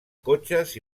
cotxes